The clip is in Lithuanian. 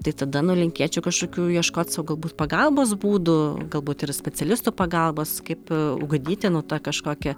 tai tada nu linkėčiau kažkokių ieškot sau galbūt pagalbos būdų galbūt ir specialistų pagalbos kaip ugdyti nu tą kažkokią